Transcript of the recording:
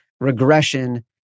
Regression